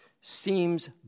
seems